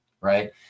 right